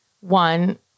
One